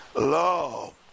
love